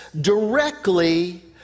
directly